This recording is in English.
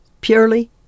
purely